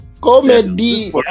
Comedy